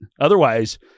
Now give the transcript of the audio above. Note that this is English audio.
otherwise